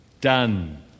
done